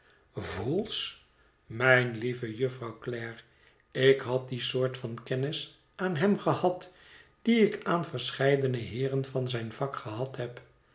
vholes mijne lieve jufvrouw clare ik had die sqort van kennis aan hem gehad die ik aan verscheidene heeren van zijn vak gehad heb